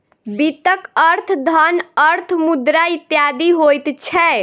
वित्तक अर्थ धन, अर्थ, मुद्रा इत्यादि होइत छै